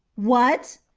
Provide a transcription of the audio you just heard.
what!